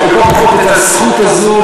לפחות את הזכות הזאת,